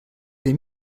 des